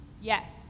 yes